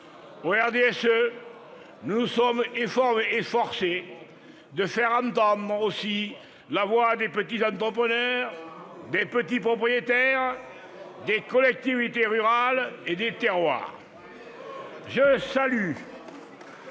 Au RDSE, nous nous sommes efforcés de faire entendre aussi la voix des petits entrepreneurs, des petits propriétaires, des collectivités rurales et des terroirs. Je salue